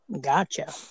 Gotcha